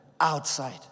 outside